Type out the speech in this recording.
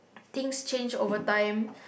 things change over time